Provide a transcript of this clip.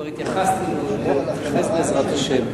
כבר התייחסתי ואני אתייחס בעזרת השם.